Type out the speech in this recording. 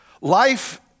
Life